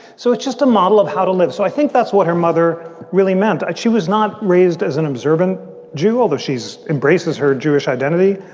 so it's just a model of how to live. so i think that's what her mother really meant. and she was not raised as an observant jew, although she's embraces her jewish identity.